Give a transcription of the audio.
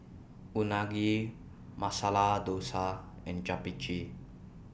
Unagi Masala Dosa and Japchae